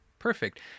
perfect